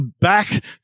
back